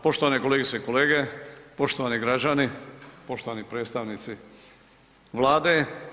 Poštovane kolegice i kolege, poštovani građani, poštovani predstavnici Vlade.